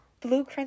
Blue